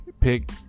pick